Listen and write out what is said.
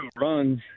runs